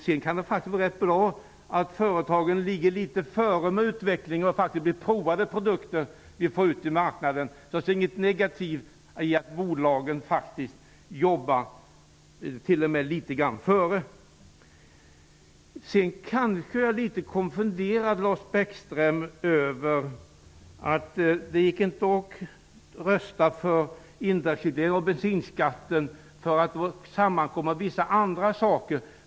Det kan faktiskt vara rätt bra att företagen ligger litet före med utvecklingen, så att det blir provade produkter vi får ut på marknaden. Det är faktiskt inget negativt i att bolagen jobbar litet före. Jag är litet konfunderad, Lars Bäckström, över att det inte gick att rösta för indexreglering av bensinskatten för att den sammanföll med vissa andra förslag.